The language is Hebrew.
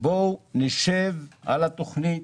בוא נשב על התכנית,